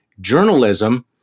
journalism